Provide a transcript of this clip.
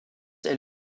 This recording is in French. est